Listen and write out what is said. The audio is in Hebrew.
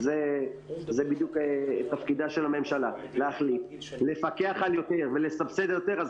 זה בדיוק תפקידה של הממשלה להחליט לפקח על יותר ולסבסד יותר.